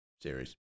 series